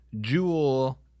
jewel